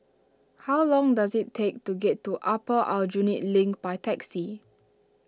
how long does it take to get to Upper Aljunied Link by taxi